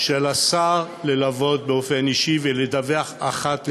של השר ללוות באופן אישי ולדווח אחת לשנה,